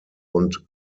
und